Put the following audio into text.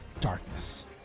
Darkness